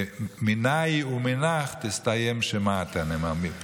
ומינאי ומינך תסתיים שמעתא, אני מאמין.